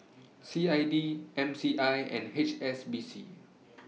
C I D M C I and H S B C